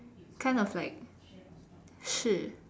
kind of like 是